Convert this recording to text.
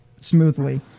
smoothly